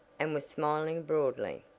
and was smiling broadly.